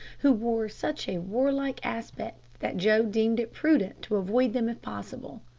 who wore such a warlike aspect that joe deemed it prudent to avoid them if possible.